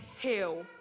heal